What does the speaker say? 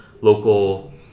local